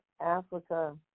Africa